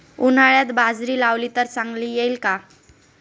उन्हाळ्यात बाजरी लावली तर चांगली येईल का?